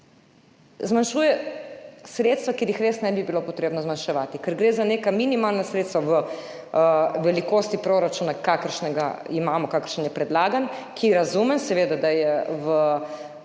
zmanjšuje sredstva, kjer jih res ne bi bilo treba zmanjševati, ker gre za neka minimalna sredstva v velikosti proračuna, kakršnega imamo, kakršen je predlagan, za katerega seveda razumem,